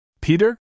Peter